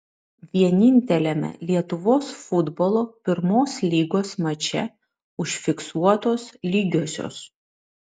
vieninteliame lietuvos futbolo pirmos lygos mače užfiksuotos lygiosios